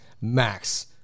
max